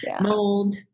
mold